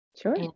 Sure